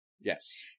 Yes